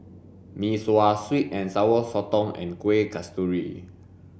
mee sua sweet and sour sotong and kueh kasturi